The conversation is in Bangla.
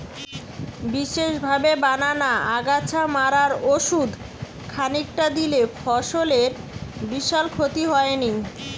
বিশেষভাবে বানানা আগাছা মারার ওষুধ খানিকটা দিলে ফসলের বিশাল ক্ষতি হয়নি